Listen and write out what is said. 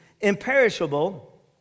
imperishable